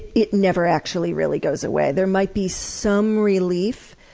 it never actually really goes away. there might be some relief,